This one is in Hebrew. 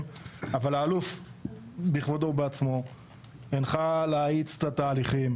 אבל האלוף בכבודו ובעצמו הנחה להאיץ את התהליכים,